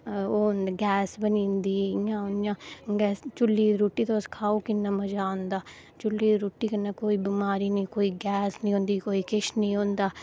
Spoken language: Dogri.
कन्नै गैस बनी जंदी और इयां उआं चुल्ली दी रुट्टी तुस खाओ किन्ना मजा औंदा चु'ल्ली दी रुट्टी कन्नै कोई बमारी नेई कोई गैस नेईं होंदी कोई किश नेई होंदा